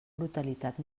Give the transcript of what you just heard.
brutalitat